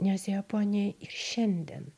nes japonijoj ir šiandien